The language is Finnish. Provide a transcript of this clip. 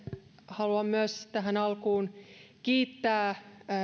haluan myös tähän alkuun kiittää